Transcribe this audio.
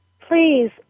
please